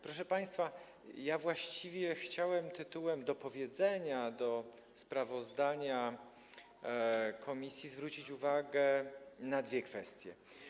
Proszę państwa, właściwie chciałem tytułem dopowiedzenia do sprawozdania komisji zwrócić uwagę na dwie kwestie.